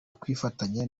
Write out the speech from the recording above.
kwifatanya